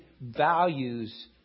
values